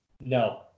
No